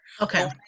okay